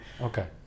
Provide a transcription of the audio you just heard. okay